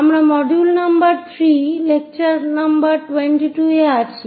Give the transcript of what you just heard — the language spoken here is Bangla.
আমরা মডিউল নং 3 লেকচার নম্বর 22 এ আছি